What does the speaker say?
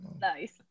Nice